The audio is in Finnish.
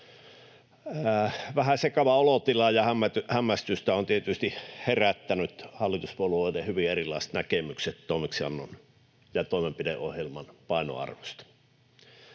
Vähän sekava olotila on, ja hämmästystä on tietysti herättänyt hallituspuolueiden hyvin erilaiset näkemykset toimeksiannon ja toimenpideohjelman painoarvosta.